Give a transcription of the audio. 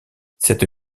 cette